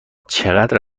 چقدر